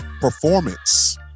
performance